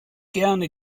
gerne